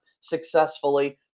successfully